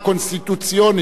שלך ושל שנאן,